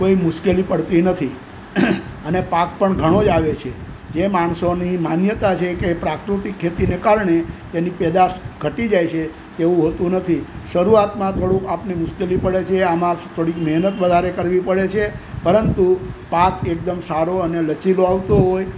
કોઈ મુશ્કેલી પડતી નથી અને પાક પણ ઘણો જ આવે છે એ માણસોની માન્યતા છે કે પ્રાકૃતિક ખેતીને કારણે તેની પેદાશ ઘટી જાય છે તેવું હોતું નથી શરૂઆતમાં થોડુંક આપણે મુશ્કેલી પડે છે આમાં થોડીક મેહનત વધારે કરવી પડે છે પરંતુ પાક એકદમ સારો અને લચીલો આવતો હોય